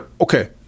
Okay